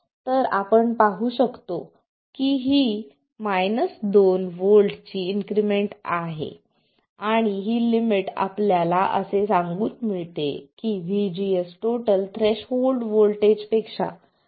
तर आपण पाहू शकतो की ही 2 व्होल्टची इन्क्रिमेंट आहे आणि ही लिमिट आपल्याला असे म्हणून मिळते की VGS थ्रेशोल्ड व्होल्टेजपेक्षा जास्त असणे आवश्यक आहे